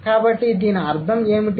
కాబట్టి దీని అర్థం ఏమిటి